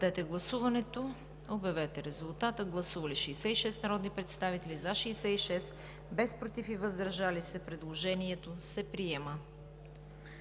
гласуването и обявете резултата. Гласували 70 народни представители: за 70, против и въздържали се няма. Предложението е прието.